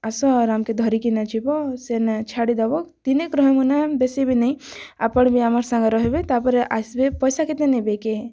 ଆସ ଆମକେ ଧରିକିନା ଯିବ ସେ ନା ଛାଡ଼ି ଦବ ତିନି ବେଶି ବି ନାହିଁ ଆପଣ ବି ଆମର୍ ସାଙ୍ଗେ ରହିବେ ତା'ପରେ ଆସିବେ ପଈସା କେତେ ନେବେ କେ